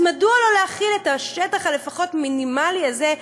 אז מדוע לא להחיל את השטח לפחות המינימלי הזה,